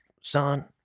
son